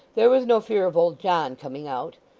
there was no fear of old john coming out.